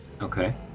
Okay